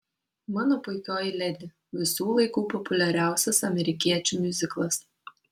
mano puikioji ledi visų laikų populiariausias amerikiečių miuziklas